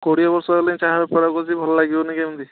କୋଡ଼ିଏ ବର୍ଷ ହେଲାଣି ଚା' ବେପାର କରୁଛି ଭଲ ଲାଗିବନି କେମିତି